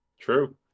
True